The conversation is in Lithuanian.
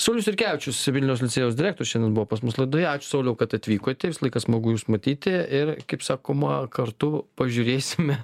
saulius jurkevičius vilniaus licėjaus direktorius šiandien buvo pas mus laidoje ačiū sauliau kad atvykote visą laiką smagu jus matyti ir kaip sakoma kartu pažiūrėsime